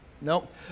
Nope